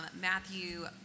Matthew